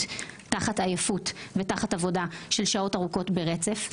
תחת עייפות ותחת עבודה של שעות ארוכות ברצף.